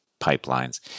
pipelines